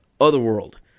otherworld